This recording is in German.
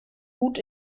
hut